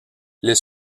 les